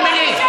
אמילי.